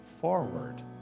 forward